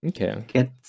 Okay